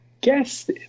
guess